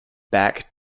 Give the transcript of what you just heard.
back